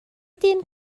dyn